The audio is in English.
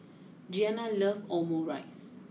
Giana love Omurice